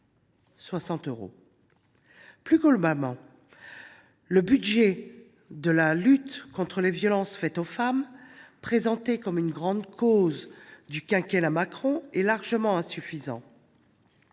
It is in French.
! Plus globalement, le budget de la lutte contre les violences faites aux femmes, présentée comme une « grande cause » du quinquennat Macron, est largement insuffisant.